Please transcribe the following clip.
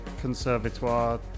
conservatoire